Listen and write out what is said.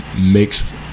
mixed